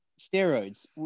steroids